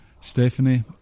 Stephanie